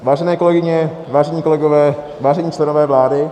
Vážené kolegyně, vážení kolegové, vážení členové vlády...